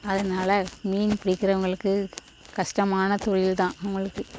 அதனால் மீன் பிடிக்கிறவங்களுக்கு கஷ்டமான தொழில் தான் அவங்களுக்கு